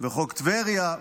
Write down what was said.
וחוק טבריה,